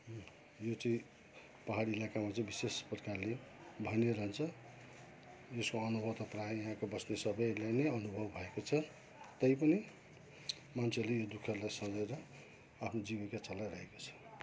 यो चाहिँ पाहाड इलाकामा चाहिँ विशेष प्रकारले भइ नै रहन्छ यसको अनुभव त प्रायः यहाँको बस्ने सबैलाई नै अनुभव भएको छ तै पनि मान्छेले यो दुःखलाई सहेर आफ्नो जीविका चलाइरहेको छ